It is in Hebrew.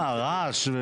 רעש?